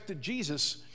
Jesus